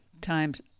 times